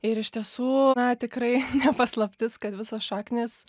ir iš tiesų na tikrai ne paslaptis kad visos šaknys